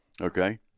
Okay